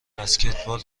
بسکتبال